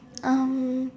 um